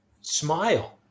smile